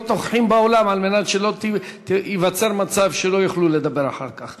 נוכחים באולם כדי שלא ייווצר מצב שלא יוכלו לדבר אחר כך.